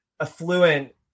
affluent